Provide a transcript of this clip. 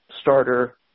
starter